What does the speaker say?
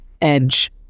edge